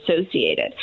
associated